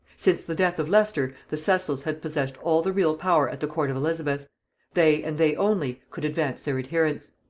since the death of leicester, the cecils had possessed all the real power at the court of elizabeth they and they only could advance their adherents.